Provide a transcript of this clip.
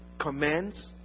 commands